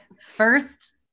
first